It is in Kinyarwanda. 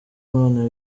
none